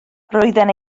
roedden